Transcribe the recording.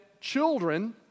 children